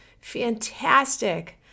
fantastic